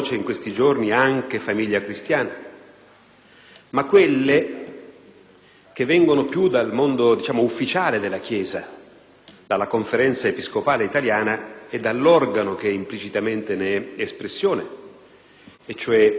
a quelle che vengono piuttosto dal mondo ufficiale della Chiesa, dalla Conferenza episcopale italiana e dall'organo che implicitamente ne è espressione, cioè il quotidiano «Avvenire».